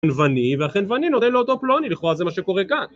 חנווני, והחנווני נותן לאותו פלוני, לכאורה זה מה שקורה כאן